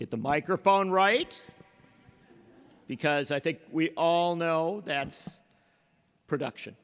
at the microphone right because i think we all know that it's production